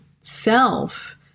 self